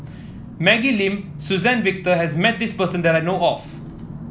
Maggie Lim Suzann Victor has met this person that I know of